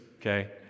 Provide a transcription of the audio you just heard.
okay